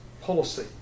policy